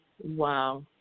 Wow